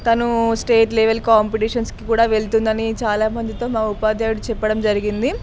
తను state level కాంపిటీషన్కి కూడా వెళ్తుందని చాలామందితో మా ఉపాధ్యాయుడు చెప్పడం జరిగింది